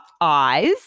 eyes